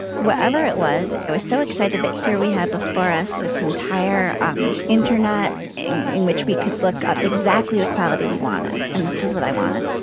wherever it was. i was so excited that here we have before us this entire um internet in in which we could look up exactly the quality we wanted. and this was what i wanted.